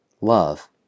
love